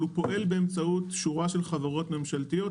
אבל הוא פועל באמצעות שורה של חברות ממשלתיות,